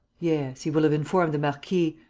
yes, he will have informed the marquis.